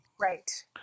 Right